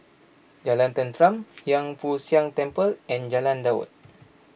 Jalan Tenteram Hiang Foo Siang Temple and Jalan Daud